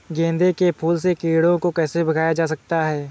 गेंदे के फूल से कीड़ों को कैसे भगाया जा सकता है?